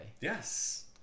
Yes